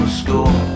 school